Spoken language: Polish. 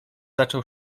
zaczął